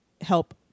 help